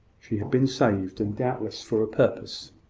she had been saved, and doubtless for a purpose.